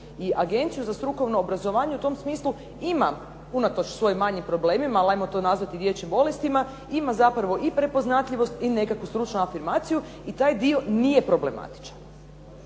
i Agencija za strukovno obrazovanje u tom smislu ima, unatoč svojim malim problemima, ajmo to nazvati dječjim bolestima, ima i svoju prepoznatljivost i stručnu afirmaciju i taj dio nije problematičan.